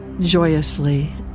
joyously